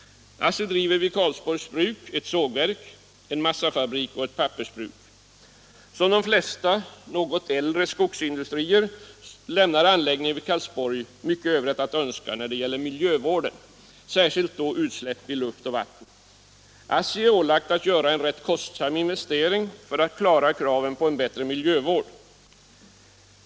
ASSI driver vid Karlsborgs Bruk ett sågverk, en massafabrik och ett pappersbruk. Som de flesta något äldre skogsindustrier lämnar anläggningen vid Karlsborg mycket övrigt att önska när det gäller miljövården, särskilt då utsläppen i luft och vatten. ASSI har ålagts att göra en rätt kostsam investering för att uppfylla kraven på en bättre miljövård.